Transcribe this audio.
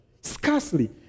Scarcely